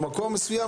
במקום מסוים,